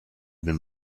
been